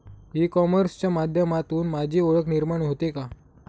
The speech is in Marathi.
ई कॉमर्सच्या माध्यमातून माझी ओळख निर्माण होते का?